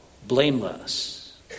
blameless